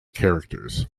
characters